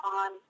on